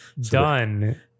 Done